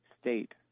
state